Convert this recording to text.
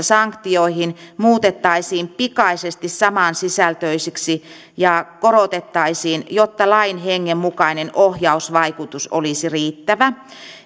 sanktioihin muutettaisiin pikaisesti samansisältöisiksi ja korotettaisiin jotta lain hengen mukainen ohjausvaikutus olisi riittävä